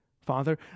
Father